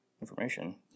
information